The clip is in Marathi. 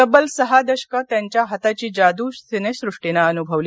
तब्बल सहा दशके त्यांच्या हाताची जादू सिनेसृष्टीनं अनुभवली